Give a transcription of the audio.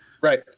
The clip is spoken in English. Right